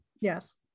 yes